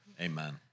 Amen